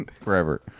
Forever